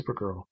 Supergirl